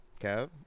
Kev